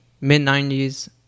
Mid-90s